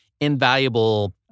invaluable